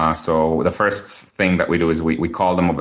um so the first thing that we do is we we call them. but